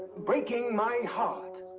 breaking my heart.